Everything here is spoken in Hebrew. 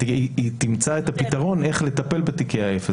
היא תמצא את הפתרון איך לטפל בתיקי האפס,